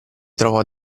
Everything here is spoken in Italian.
trovò